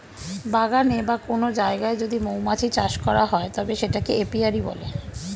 বাগানে বা কোন জায়গায় যদি মৌমাছি চাষ করা হয় তবে সেটাকে এপিয়ারী বলে